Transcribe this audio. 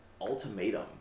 Ultimatum